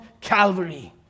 Calvary